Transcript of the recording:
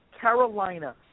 Carolina